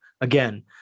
again